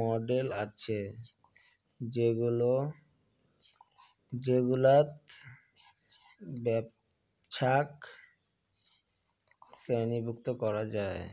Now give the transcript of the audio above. model আছে যেগুলাত ব্যপছাক শ্রেণীভুক্ত করা যায়